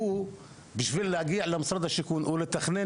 שהוא בשביל להגיע למשרד השיכון ולתכנן